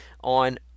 on